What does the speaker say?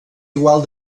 igual